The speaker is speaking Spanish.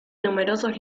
numerosos